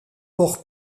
pour